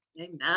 Amen